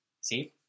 See